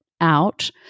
out